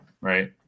right